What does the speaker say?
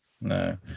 No